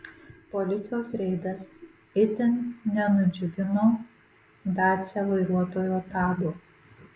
policijos reidas itin nenudžiugino dacia vairuotojo tado